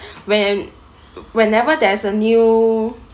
when whenever there's a new